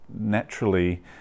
naturally